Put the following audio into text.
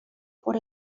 por